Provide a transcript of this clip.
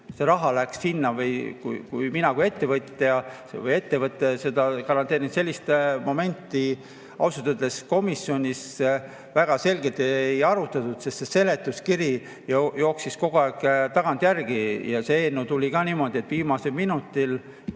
see raha läks sinna. Või kuidas mina kui ettevõtja seda garanteerin? Sellist momenti ausalt öeldes komisjonis väga selgelt ei arutatud, sest seletuskiri jooksis kogu aeg tagantjärgi. See eelnõu tuli ka niimoodi, et viimasel minutil